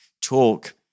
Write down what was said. talk